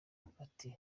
ati